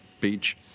beach